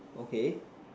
okay